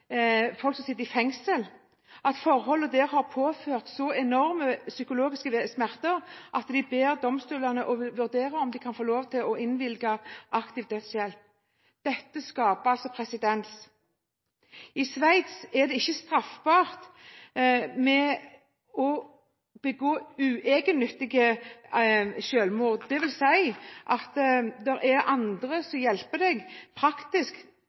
i et belgisk fengsel sier at forholdene der har påført ham så enorme psykologiske smerter at han ber domstolene vurdere om han kan få lov til å få innvilget aktiv dødshjelp. Dette skaper altså presedens. I Sveits er det ikke straffbart med uegennyttig bistand til en som ønsker å begå selvmord. Det vil si at det er andre som hjelper til praktisk